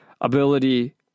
ability